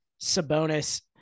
Sabonis